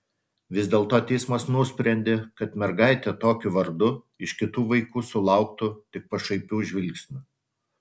vis dėlto teismas nusprendė kad mergaitė tokiu vardu iš kitų vaikų sulauktų tik pašaipių žvilgsnių